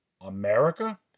America